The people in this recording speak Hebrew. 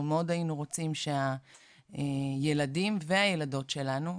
אנחנו מאוד היינו רוצים שהילדים והילדות שלנו,